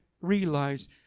realize